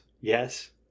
Yes